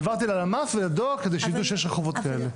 העברתי ללמ"ס ולדואר, כדי שיידעו שיש רחובות כאלה.